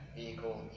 vehicle